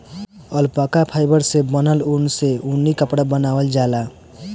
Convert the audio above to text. alpaca fibre से बनल ऊन से ऊनी कपड़ा बनावल जाला